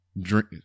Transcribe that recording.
drink